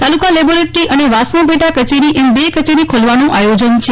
તાલુકા laboratory અને વાસ્મો પેટા કચેરી એમ બે કચેરી ખોલવાનું આયોજન છે